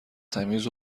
تمیز